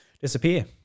disappear